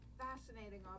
fascinating